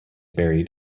buried